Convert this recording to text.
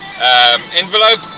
envelope